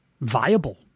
viable